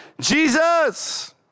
Jesus